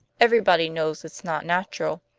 everybody knows it's not natural.